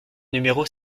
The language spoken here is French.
numéro